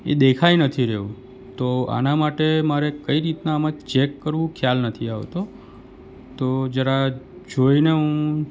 એ દેખાય નથી રહ્યું તો આના માટે મારે કઈ રીતના આમાં ચેક કરવું ખ્યાલ નથી આવતો તો જરા જોઈને હું